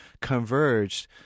converged